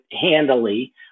handily